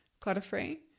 clutter-free